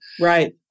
Right